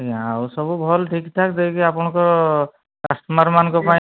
ଆଜ୍ଞା ଆଉ ସବୁ ଭଲ ଠିକ୍ ଠାକ୍ ଦେଇକି ଆପଣଙ୍କ କଷ୍ଟମର୍ମାନଙ୍କ ପାଇଁ